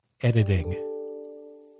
editing